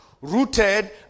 rooted